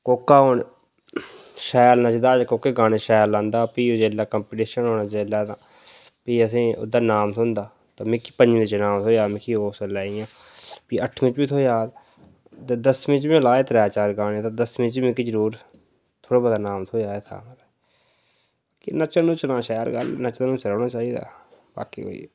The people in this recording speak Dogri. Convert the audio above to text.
कोह्का हून शैल नच्चदा ऐ ते कोह्दा शैल गाने लांदा ऐ फ्ही ओह् कंपीटिशन होना जेल्लै तां फ्ही असें ओह्दा अनाम थ्होंदा ते मिगी पंजमी च अनाम थ्होएआ हा मिगी उस बेल्लै इ'यां फ्ही अट्ठमी फ्ही थ्होएआ ते दसमीं च लाए हे त्रै चार गाने ते दसमीं च मिकी जरूर थोह्ड़ा मता अनाम थ्होएआ हा ते नच्चना नुच्चना शैल गल्ल नच्चन नुच्चना बी चाहिदी बाकी कोई